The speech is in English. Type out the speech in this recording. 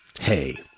hey